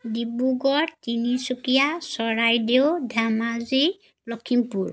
Dibrugarh Tinsukia Charaideo Dhemaji Lakhimpur